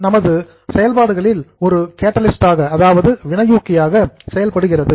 இது நமது செயல்பாடுகளில் ஒரு கேட்டலிஸ்ட் வினையூக்கியாக செயல்படுகிறது